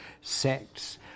sects